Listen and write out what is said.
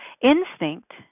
Instinct